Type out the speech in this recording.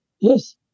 Yes